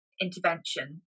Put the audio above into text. intervention